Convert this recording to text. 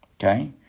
Okay